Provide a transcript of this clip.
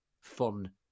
fun